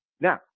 Now